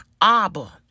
Abba